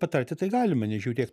patarti tai galima nežiūrėk